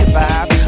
vibe